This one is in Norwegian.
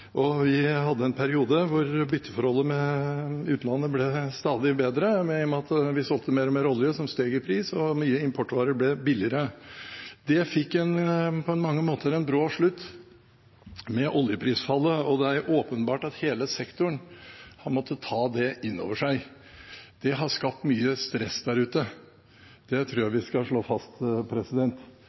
med at vi solgte mer og mer olje som steg i pris, og mange importvarer ble billigere. Det fikk på mange måter en brå slutt med oljeprisfallet. Det er åpenbart at hele sektoren har måttet ta det inn over seg. Det har skapt mye stress der ute, det tror jeg vi skal slå fast.